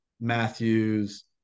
Matthews